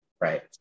Right